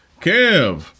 Kev